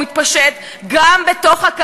אלפים המתינו,